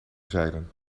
zeilen